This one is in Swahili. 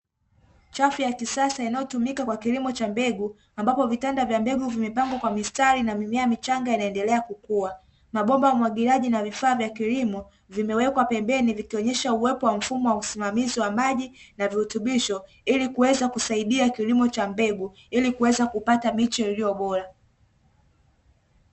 Chafu ya kisasa inayotumika kwa kilimo cha mbegu ambapo vitanda vya mbegu vimepangwa kwa mistari na mimea michanga inaendelea kukua. Mabomba ya umwagiliaji na vifaa vya kilimo vimewekwa pembeni, vikionyesha uwepo wa mfumo wa usimamizi wa maji na virutubisho ili kuweza kusaidia kilimo cha mbegu, ili kuweza kupata miche iliyo bora.